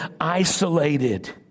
isolated